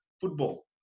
football